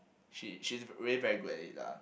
she she really very good at it lah